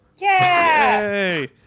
Yay